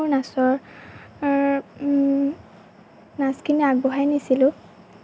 নাচৰ নাচখিনি আগবঢ়াই নিছিলোঁ